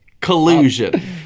collusion